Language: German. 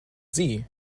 sie